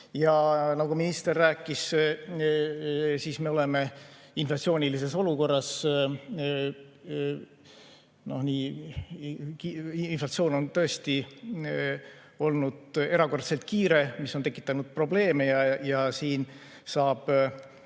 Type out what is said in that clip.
Ja nagu minister rääkis, me oleme inflatsioonilises olukorras. Inflatsioon on tõesti olnud erakordselt kiire, mis on tekitanud probleeme. Ja siin saab